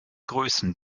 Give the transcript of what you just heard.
größen